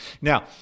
now